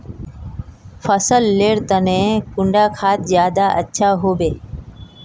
फसल लेर तने कुंडा खाद ज्यादा अच्छा हेवै?